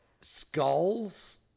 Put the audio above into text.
skulls